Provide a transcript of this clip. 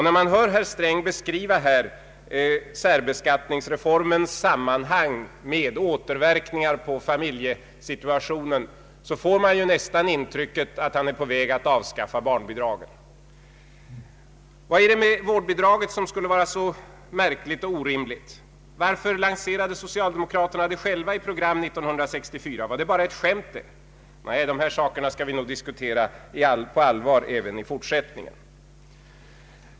När man hör herr Sträng beskriva särbeskattningsreformens sammanhang med och återverkningar på familjesituationen får man nästan intrycket att han är på väg att avskaffa barnbidragen. Vad är det hos vårdbidraget som skulle vara märkvärdigt och orimligt? Varför lanserade socialdemokraterna det själva i ett program 1964? Var det bara ett skämt? Nej, vi skall nog diskutera dessa frågor på allvar även i fortsättningen.